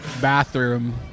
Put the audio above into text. bathroom